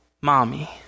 mommy